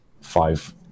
five